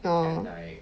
orh